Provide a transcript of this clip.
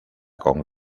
con